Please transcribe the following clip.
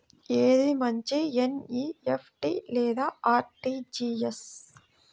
ఏది మంచి ఎన్.ఈ.ఎఫ్.టీ లేదా అర్.టీ.జీ.ఎస్?